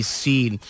seen